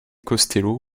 costello